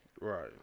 Right